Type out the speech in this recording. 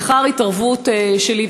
לאחר התערבות שלי,